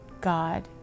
god